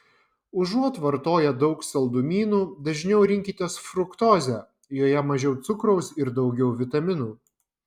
užuot vartoję daug saldumynų dažniau rinkitės fruktozę joje mažiau cukraus ir daugiau vitaminų